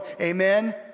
Amen